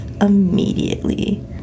immediately